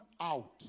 out